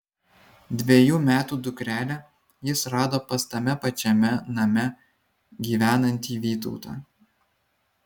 dvejų metų dukrelę jis rado pas tame pačiame name gyvenantį vytautą